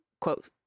quote